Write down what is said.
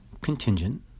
contingent